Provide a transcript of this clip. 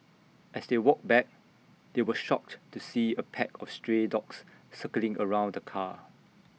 as they walked back they were shocked to see A pack of stray dogs circling around the car